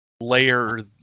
layer